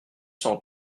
cent